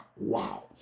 Wow